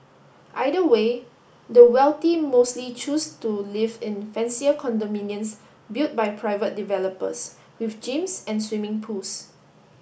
either way the wealthy mostly choose to live in fancier condominiums built by private developers with gyms and swimming pools